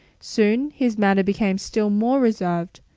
soon, his manner became still more reserved.